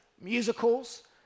musicals